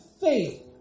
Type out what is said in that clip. faith